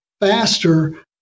faster